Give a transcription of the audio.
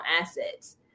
assets